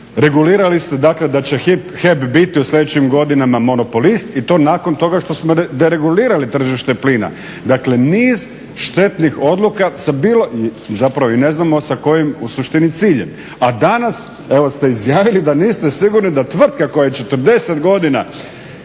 regulirali ste dakle da će HEP biti u sljedećim godinama monopolist i to nakon toga što smo deregulirali tržište plina. Dakle, niz štetnih odluka sa bilo, zapravo i ne znamo sa kojim u suštini ciljem. A danas evo ste izjavili da niste sigurni da tvrtka koja je 40 godina